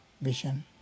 vision